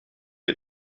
het